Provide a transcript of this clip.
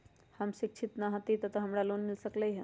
हम शिक्षित न हाति तयो हमरा लोन मिल सकलई ह?